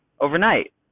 overnight